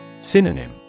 Synonym